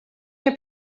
nie